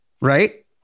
Right